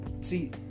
See